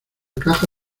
caja